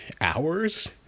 hours